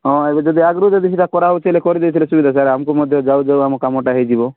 ହଁ ଏବେ ଯଦି ଆଗରୁ ଯଦି ସେଇଟା କରା ହେଉଛି ହେଲେ କରିଦେଇଥିଲେ ସୁବିଧା ସାର୍ ଆମକୁ ମଧ୍ୟ ଯାଉ ଯାଉ ଅମ କାମଟା ହୋଇଯିବ